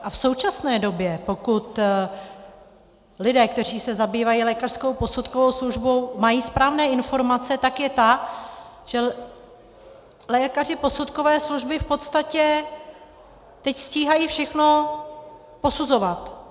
A v současné době, pokud lidé, kteří se zabývají lékařskou posudkovou službou, mají správné informace, tak je ta, že lékaři posudkové služby v podstatě teď stíhají všechno posuzovat.